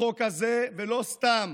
החוק הזה, ולא סתם